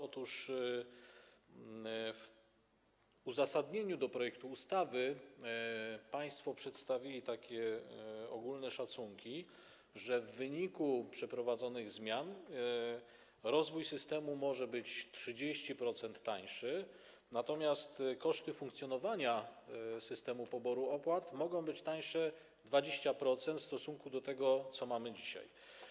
Otóż w uzasadnieniu projektu ustawy państwo przedstawili takie ogólne szacunki, że w wyniku przeprowadzonych zmian rozwój systemu może być o 30% tańszy, natomiast koszty funkcjonowania systemu poboru opłat mogą być tańsze o 20% w stosunku do tego, co mamy dzisiaj.